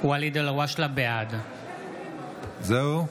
בעד זהו?